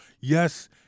Yes –